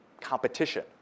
competition